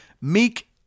meek